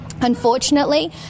Unfortunately